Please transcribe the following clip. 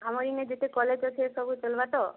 ଆମ ଏଇନେ ଯେତେ କଲେଜ ଅଛେ ସବୁ ଚଲବା ତ